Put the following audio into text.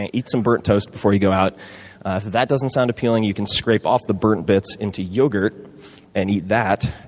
and eat some burnt toast before you go out. if that doesn't sound appealing, you can scrape off the burnt bits into yogurt and eat that,